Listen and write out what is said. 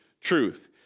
truth